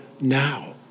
now